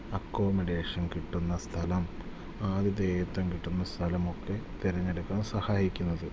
accommodation കിട്ടുന്ന സ്ഥലം ആഥിഥേയത്തം കിട്ടുന്ന സ്ഥലമൊക്കെ തിരഞ്ഞെടുക്കാൻ സഹായിക്കുന്നത്